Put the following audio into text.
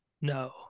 No